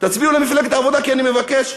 תצביעו למפלגת העבודה כי אני מבקש,